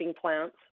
plants